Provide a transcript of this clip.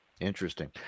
Interesting